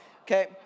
okay